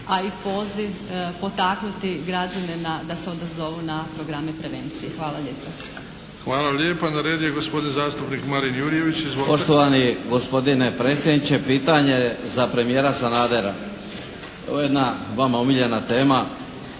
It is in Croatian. a i poziv potaknuti građane da se odazovu na programe prevencije. Hvala lijepa. **Bebić, Luka (HDZ)** Hvala lijepa. Na redu je gospodin zastupnik Marin Jurjević. Izvolite. **Jurjević, Marin (SDP)** Poštovani gospodine predsjedniče, pitanje za premijera Sanadera. To je jedna vama omiljena tema.